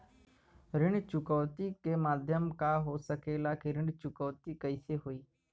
ऋण चुकौती के माध्यम का हो सकेला कि ऋण चुकौती कईसे होई?